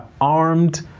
armed